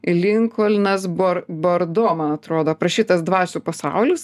linkolnas bor bordo man atrodo aprašytas dvasių pasaulis